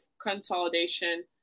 consolidation